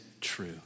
true